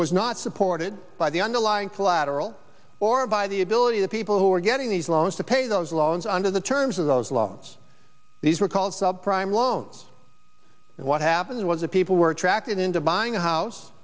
was not supported by the underlying collateral or by the ability of people who were getting these loans to pay those loans under the terms of those loans these were called subprime loans and what happened was that people were attracted into buying a house